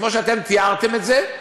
כמו שאתם תיארתם את זה,